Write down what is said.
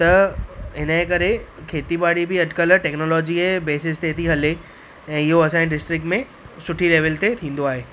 त हिनजे करे खेती बाड़ी बि अॼुकल्ह टेक्नोलॉजी जे बेसिस ते थी हले ऐं इहो असांजे डिस्ट्रिक्ट में सुठी लेविल ते थींदो आहे